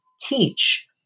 teach